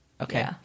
Okay